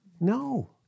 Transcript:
No